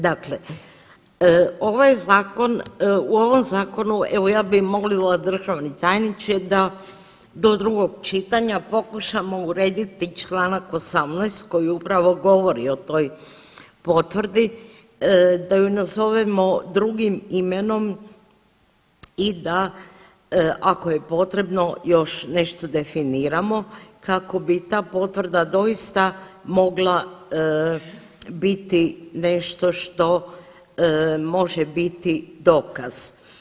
Dakle, u ovom zakonu evo ja bi molila državni tajniče da do drugog čitanja pokušamo urediti čl. 18. koji upravo govori o toj potvrdi da ju nazovemo drugim imenom i da ako je potrebno još nešto definiramo kako bi ta potvrda doista mogla biti nešto što može biti dokaz.